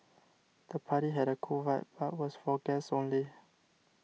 the party had a cool vibe but was for guests only